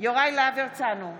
יוראי להב הרצנו,